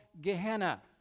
Gehenna